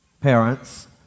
parents